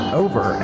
over